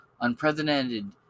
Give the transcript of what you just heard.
unprecedented